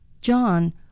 John